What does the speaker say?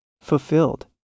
fulfilled